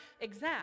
exact